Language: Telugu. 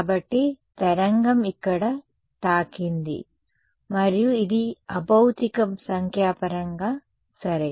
కాబట్టి తరంగం ఇక్కడ తాకింది మరియు ఇది అభౌతిక సంఖ్యాపరంగా సరే